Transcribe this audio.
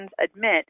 admit